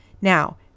Now